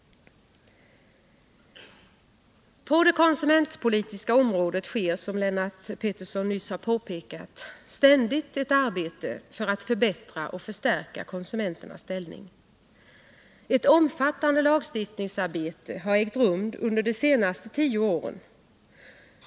På det konsumentpolitiska området sker, som Lennart Pettersson nyss har påpekat, ständigt ett arbete för att förbättra och förstärka konsumenternas ställning. Ett omfattande lagstiftningsarbete har ägt rum under de senaste tio åren.